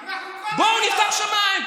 אנחנו, בואו נפתח את השמיים.